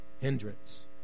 hindrance